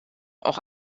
auch